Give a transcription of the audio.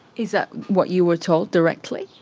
is that what you were told directly?